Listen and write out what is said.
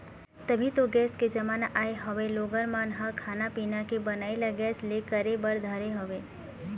अभी तो गेस के जमाना आय हवय लोगन मन ह खाना पीना के बनई ल गेस ले करे बर धरे हवय